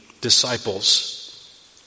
disciples